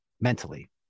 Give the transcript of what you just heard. mentally